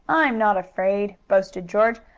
i'm not afraid! boasted george.